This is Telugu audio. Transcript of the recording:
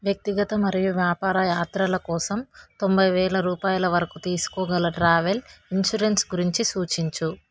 వ్యక్తిగత మరియు వ్యాపార యాత్రల కోసం తొంభై వేల రూపాయల వరకు తీసుకోగల ట్రావెల్ ఇన్షూరెన్స్ గురించి సూచించుము